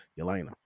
Yelena